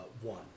One